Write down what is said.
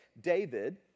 David